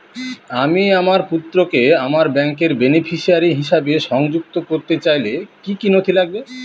আমি আমার পুত্রকে আমার ব্যাংকের বেনিফিসিয়ারি হিসেবে সংযুক্ত করতে চাইলে কি কী নথি লাগবে?